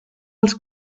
els